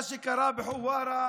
מה שקרה בחווארה